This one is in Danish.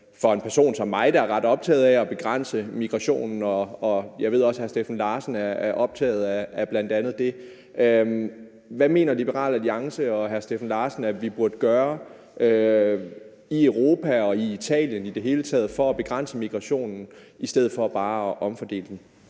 for en person som mig, der er ret optaget af at begrænse migrationen. Jeg ved også, at hr. Steffen Larsen er optaget af det. Hvad mener Liberal Alliance og hr. Steffen Larsen, at vi burde gøre i Italien og i Europa i det hele taget for at begrænse migrationen i stedet for bare at omfordele